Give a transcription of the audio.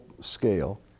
scale